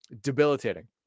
debilitating